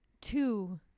Two